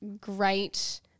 great